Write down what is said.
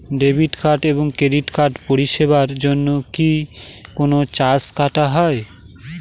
Debit card এবং credit কার্ডের পরিষেবার জন্য কি কোন চার্জ কাটা হয়?